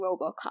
Robocop